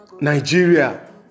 Nigeria